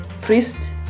priest